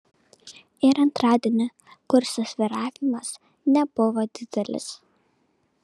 ir antradienį kurso svyravimas nebuvo didelis